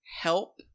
help